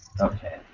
Okay